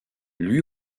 lui